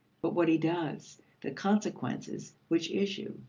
but what he does the consequences which issue,